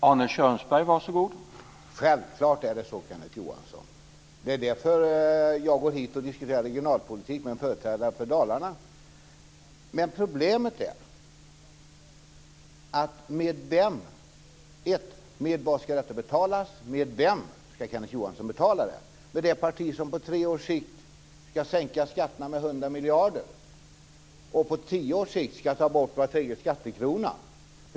Herr talman! Självklart är det så, Kenneth Johansson. Det är därför som jag går hit och diskuterar regionalpolitik med en företrädare för Dalarna. Men problemet är: Med vad ska detta betalas? Med vem ska han göra upp om detta? Ska han göra det med det parti som på tre års sikt ska sänka skatterna med 100 miljarder och på tio års sikt ska ta bort var tredje skattekrona?